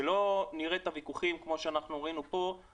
שלא נראה ויכוחים באולם,